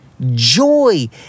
joy